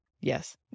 Yes